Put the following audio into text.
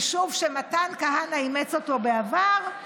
יישוב שמתן כהנא אימץ אותו בעבר,